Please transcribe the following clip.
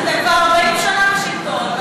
אתם כבר 40 שנה בשלטון,